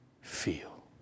feel